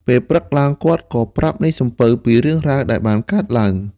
ពេលព្រឹកឡើង គាត់ក៏ប្រាប់នាយសំពៅពីរឿងរ៉ាវដែលបានកើតឡើង។